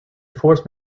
forced